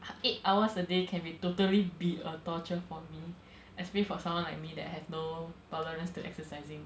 eight hours a day can be totally be a torture for me especially for someone like me that have no tolerance to exercising